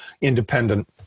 independent